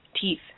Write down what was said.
teeth